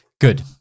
good